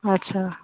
ଆଚ୍ଛା